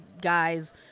guys